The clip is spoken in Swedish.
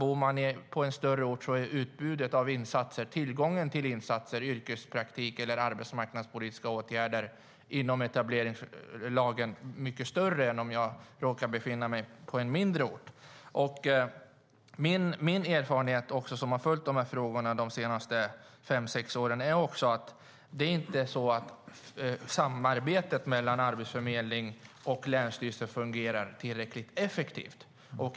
Om man bor på en större ort är utbudet av och tillgången till insatser såsom yrkespraktik eller arbetsmarknadspolitiska åtgärder inom etableringslagen mycket större än om man råkar befinna sig på en mindre ort. Min erfarenhet efter att följt de här frågorna de senaste fem sex åren är att samarbetet mellan arbetsförmedling och länsstyrelse inte fungerar tillräckligt effektivt.